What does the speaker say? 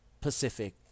Pacific